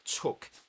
took